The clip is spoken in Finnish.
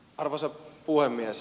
arvoisa puhemies